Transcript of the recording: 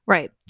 Right